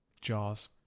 Jaws